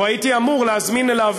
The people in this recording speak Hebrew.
או הייתי אמור להזמין אליו,